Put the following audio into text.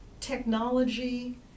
technology